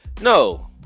no